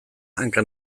hanka